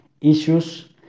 issues